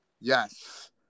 yes